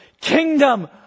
kingdom